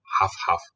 half-half